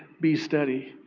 be steady.